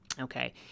okay